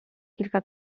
kilka